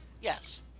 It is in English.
Yes